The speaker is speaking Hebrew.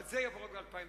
אבל זה יבוא רק ב-2016.